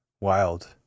Wild